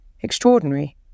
Extraordinary